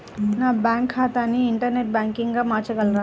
నా బ్యాంక్ ఖాతాని ఇంటర్నెట్ బ్యాంకింగ్గా మార్చగలరా?